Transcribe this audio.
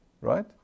Right